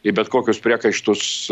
į bet kokius priekaištus